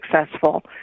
successful